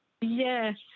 Yes